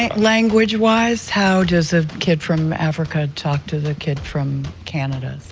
language wise, how does a kid from africa talk to the kid from canada.